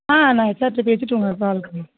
ஆ நான் ஹெச்ஆர்ட்டே பேசிவிட்டு உங்களுக்கு கால் பண்ணிட்றேன்